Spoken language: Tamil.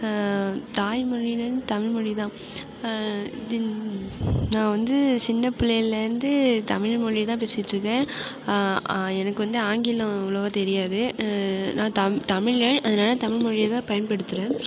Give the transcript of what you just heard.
தாய்மொழின்னா தமிழ்மொழிதான் நான் வந்து சின்ன பிள்ளையிலேந்து தமிழ்மொழிதான் பேசிட்யிருக்கேன் எனக்கு வந்து ஆங்கிலம் அவ்வளோவா தெரியாது நான் தம் தமிழர் அதனால் தமிழ்மொழியைதான் பயன்படுத்துறேன்